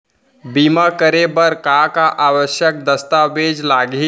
बीमा करे बर का का आवश्यक दस्तावेज लागही